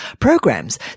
programs